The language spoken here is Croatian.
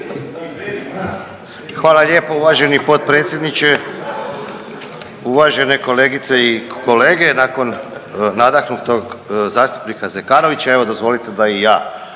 Hvala lijepo uvaženi potpredsjedniče. Uvažene kolegice i kolege nakon nadahnutog zastupnika Zekanovića evo dozvolite da i ja